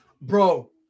Bro